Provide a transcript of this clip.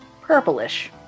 purplish